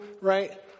right